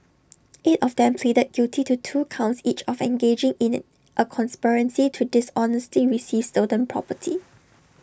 eight of them pleaded guilty to two counts each of engaging in A a conspiracy to dishonestly receive stolen property